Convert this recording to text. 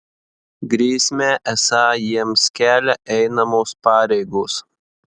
grėsmę esą jiems kelia einamos pareigos